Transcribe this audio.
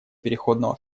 переходного